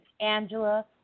angela